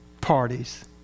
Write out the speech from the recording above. parties